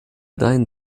deinen